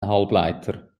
halbleiter